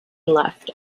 left